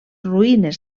ruïnes